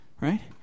Right